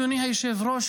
אדוני היושב-ראש,